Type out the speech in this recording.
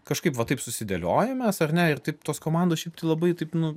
kažkaip va taip susidėliojam mes ar ne ir taip tos komandos šiaip tai labai taip nu